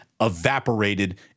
evaporated